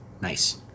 Nice